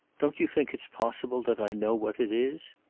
don't you think it's possible that i know what it is?